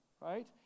Right